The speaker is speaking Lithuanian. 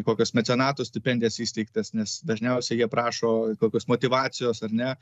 kokias mecenato stipendijas įsteigtas nes dažniausiai jie prašo kokios motyvacijos ar ne